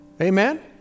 Amen